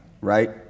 Right